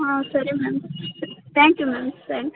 ಹಾಂ ಸರಿ ma'am thank you thanks